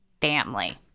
family